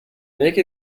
make